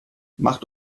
macht